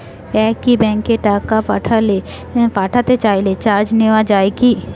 একই ব্যাংকে টাকা পাঠাতে চাইলে চার্জ নেওয়া হয় কি?